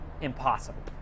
impossible